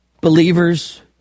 believers